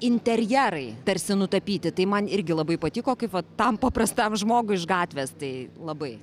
interjerai tarsi nutapyti tai man irgi labai patiko kaip va tam paprastam žmogui iš gatvės tai labai